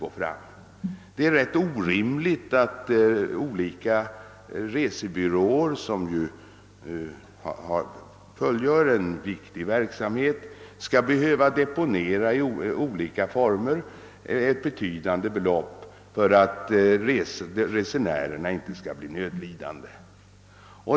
Man ansåg att det var orimligt att resebyråerna, som fullgör en viktig uppgift, skulle behöva på olika sätt deponera betydande belopp för att resenärerna inte skulle bli lidande.